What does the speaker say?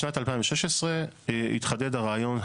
בשנת 2016 התחדד הרעיון,